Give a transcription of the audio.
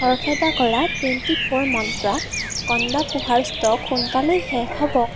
খৰখেদা কৰা twenty four মন্ত্ৰা কণ্ডা পোহাৰ ষ্টক সোনকালেই শেষ হ'ব